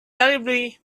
terribly